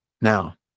Now